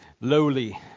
lowly